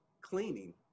cleaning